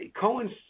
Cohen's